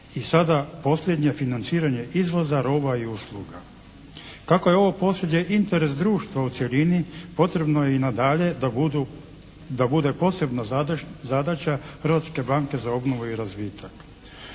i sada posljednje financiranje izvoza roba i usluga. Kako je ovo posljednje interes društva u cjelini potrebno je i nadalje da bude posebna zadaća Hrvatske banke za obnovu i razvitak.